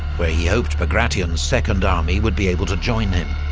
where he hoped bagration's second army would be able to join him.